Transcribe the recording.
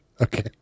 Okay